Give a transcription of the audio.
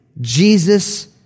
Jesus